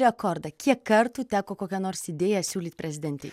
rekordą kiek kartų teko kokia nors idėja siūlyt prezidentei